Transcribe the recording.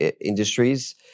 industries